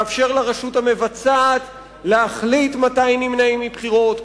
מאפשר לרשות המבצעת להחליט מתי נמנעים מבחירות,